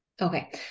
Okay